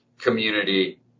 community